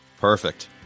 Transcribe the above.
Perfect